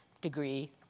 degree